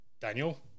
daniel